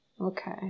Okay